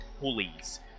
pulleys